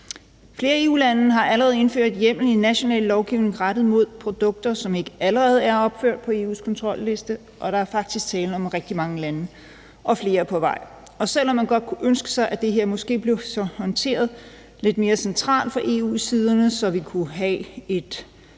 Flere EU-lande har allerede indført hjemmel i national lovgivning rettet mod produkter, som ikke allerede er opført på EU's kontrolliste. Der er faktisk tale om rigtig mange lande, og flere er på vej. Og selv om man måske godt kunne ønske sig, at det her blev håndteret lidt mere centralt fra EU's side, så vi kunne have et